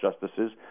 justices